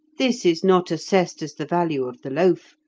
this is not assessed as the value of the loaf,